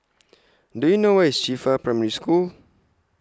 Do YOU know Where IS Qifa Primary School